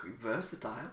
Versatile